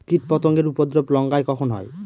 কীটপতেঙ্গর উপদ্রব লঙ্কায় কখন হয়?